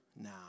now